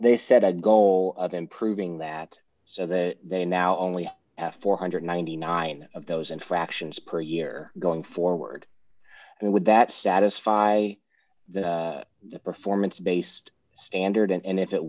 they set a goal of improving that so that they now only four hundred and ninety nine dollars of those infractions per year going forward would that satisfy the performance based standard and if it